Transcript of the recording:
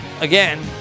again